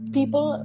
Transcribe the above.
People